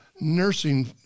nursing